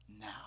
now